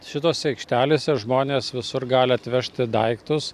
šitose aikštelėse žmonės visur gali atvežti daiktus